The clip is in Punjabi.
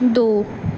ਦੋ